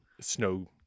snow